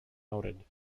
noted